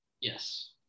Yes